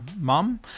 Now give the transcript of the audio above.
mum